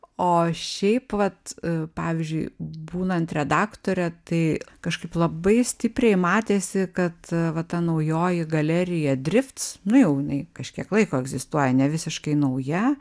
o šiaip vat pavyzdžiui būnant redaktore tai kažkaip labai stipriai matėsi kad va ta naujoji galerija drifts nu jau jinai kažkiek laiko egzistuoja ne visiškai nauja